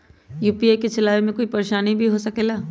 UPI के चलावे मे कोई परेशानी भी हो सकेला?